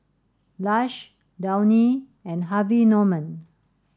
Lush Downy and Harvey Norman